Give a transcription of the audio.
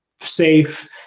safe